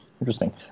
Interesting